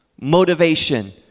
motivation